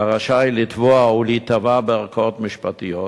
הרשאי לתבוע ולהיתבע בערכאות משפטיות,